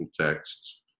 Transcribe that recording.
texts